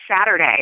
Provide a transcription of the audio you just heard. Saturday